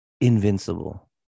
invincible